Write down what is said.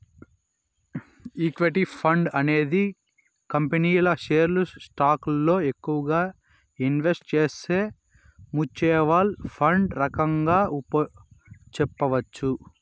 equity fund అనేది కంపెనీల షేర్లు స్టాకులలో ఎక్కువగా ఇన్వెస్ట్ చేసే మ్యూచ్వల్ ఫండ్ రకంగా చెప్పొచ్చు